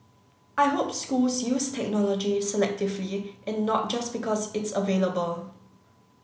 I hope schools use technology selectively and not just because it's available